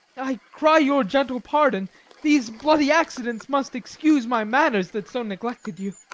i cry you gentle pardon these bloody accidents must excuse my manners, that so neglected you.